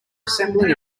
assembling